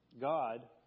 God